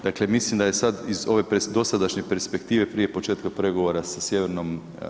Dakle, mislim da je sad iz ove dosadašnje perspektive prije početka pregovora sa Sj.